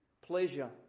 pleasure